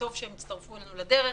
טוב שהם הצטרפו אלינו לדרך,